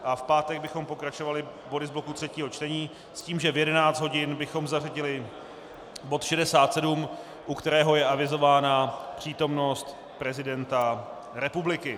V pátek bychom pokračovali body z bloku třetího čtení s tím, že v 11 hodin bychom zařadili bod 67, u kterého je avizována přítomnost prezidenta republiky.